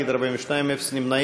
בעד, 34, נגד, 42, אפס נמנעים.